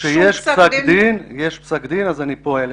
כשיש פסק דין אז אני פועל.